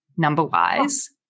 number-wise